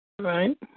Right